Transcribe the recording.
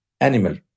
animal